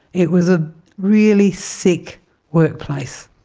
it was a really sick workplace.